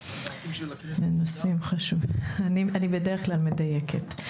אני בדרך כלל מדייקת.